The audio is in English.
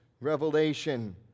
revelation